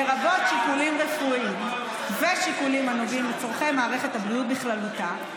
לרבות שיקולים רפואיים ושיקולים הנוגעים לצורכי מערכת הבריאות בכללותה,